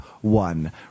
one